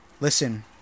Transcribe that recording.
Listen